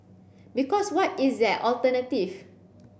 because what is their alternative